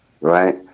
Right